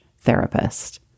therapist